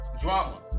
Drama